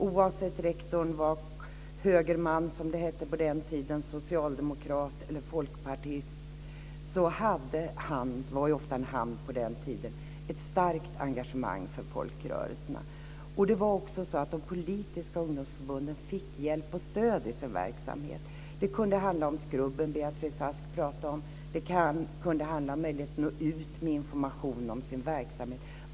Oavsett om rektorn var högerman, som det hette på den tiden, socialdemokrat eller folkpartist hade han - det var ofta en han - ett starkt engagemang för folkrörelserna. De politiska ungdomsförbunden fick också hjälp och stöd i sin verksamhet. Det kunde handla om skrubben Beatrice Ask pratade om. Det kunde handla om möjligheten att nå ut med information om sin verksamhet.